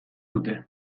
dute